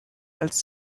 als